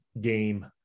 game